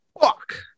Fuck